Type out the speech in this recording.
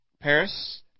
Paris